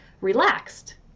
relaxed